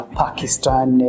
pakistan